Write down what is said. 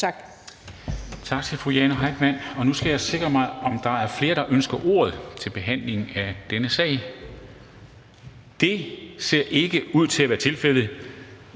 Tak.